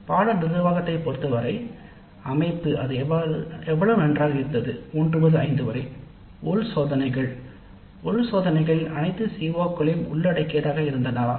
பாடநெறி நிர்வாகத்தைப் பொறுத்தவரை அமைப்பு அது எவ்வளவு நன்றாக இருந்தது 1 முதல் 5 வரை உள் சோதனைகள் உள் சோதனைகள் அனைத்து பகுதிகளையும் உள்ளடக்கியடாக இருந்ததா